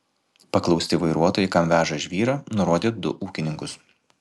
paklausti vairuotojai kam veža žvyrą nurodė du ūkininkus